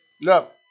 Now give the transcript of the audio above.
look